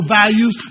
values